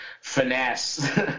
finesse